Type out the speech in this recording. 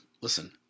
listen